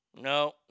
no